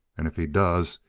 and if he does,